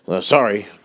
Sorry